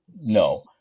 No